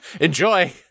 Enjoy